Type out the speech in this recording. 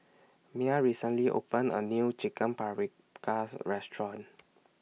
Mya recently opened A New Chicken Paprikas Restaurant